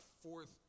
fourth